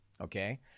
Okay